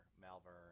Malvern